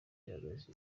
cyahagaritse